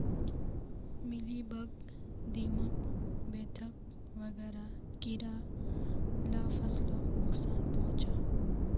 mealybug, दीमक, बेधक वगैरह कीड़ा ला फस्लोक नुक्सान पहुंचाः